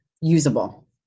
usable